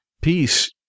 peace